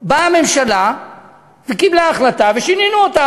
באה הממשלה וקיבלה החלטה ושינינו אותה,